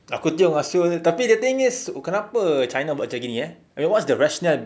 aku tengok ah [siol] tapi the thing is kenapa china buat macam gini eh I mean what's the rationale